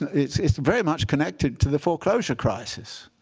it's it's very much connected to the foreclosure crisis.